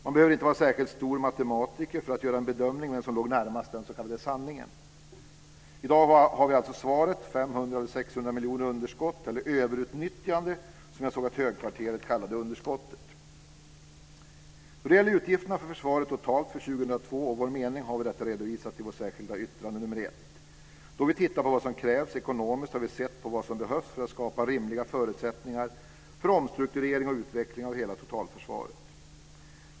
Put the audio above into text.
Man behöver inte vara särskilt stor matematiker för att göra en bedömning av vem som låg närmast den s.k. sanningen. I dag har vi alltså svaret. 500-600 miljoner i underskott, eller "överutnyttjande", som jag såg att högkvarteret kallade underskottet. Då det gäller utgifterna för försvaret totalt för år 2002 och vår mening har vi detta redovisat i vårt särskilda yttrande nr 1. Då vi tittat på vad som krävs ekonomiskt har vi sett på vad som behövs för att skapa rimliga förutsättningar för omstrukturering och utveckling av hela totalförsvaret.